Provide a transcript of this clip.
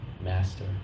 master